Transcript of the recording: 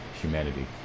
humanity